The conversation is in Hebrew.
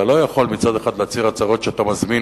אתה לא יכול מצד אחד להצהיר הצהרות שאתה מזמין